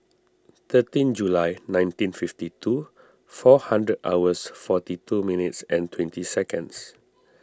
thirteen July nineteen fifty two four hundred hours forty two minutes and twenty seconds